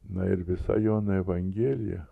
na ir visa jono evangelija